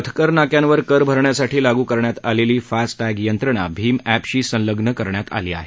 पथकर नाक्यांवर कर भरण्यासाठी लागू करण्यात आलेली फास्ट टॅग यंत्रणा भीम एपशीही संलंग्न करण्यात आली आहे